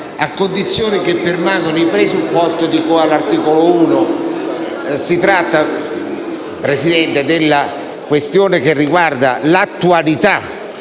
«a condizione che permangano i presupposti di cui all'articolo 1,». Si tratta, signor Presidente, della questione che riguarda l'attualità